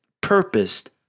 purposed